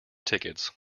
tickets